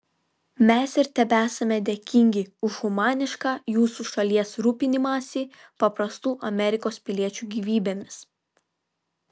mes ir tebesame dėkingi už humanišką jūsų šalies rūpinimąsi paprastų amerikos piliečių gyvybėmis